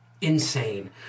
insane